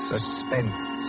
Suspense